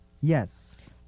Yes